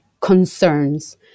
concerns